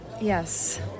Yes